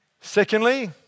Secondly